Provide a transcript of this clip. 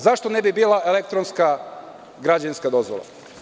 Zašto ne bi bila elektronska građevinska dozvola?